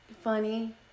funny